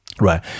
right